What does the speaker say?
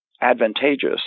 advantageous